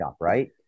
right